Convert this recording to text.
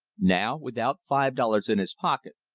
now, without five dollars in his pocket,